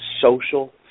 social